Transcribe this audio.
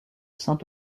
saint